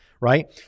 right